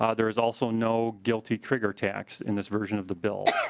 ah there's also no guilty trigger tax in this version of the bill.